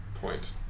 point